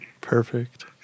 Perfect